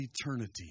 eternity